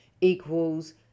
equals